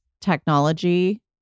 technology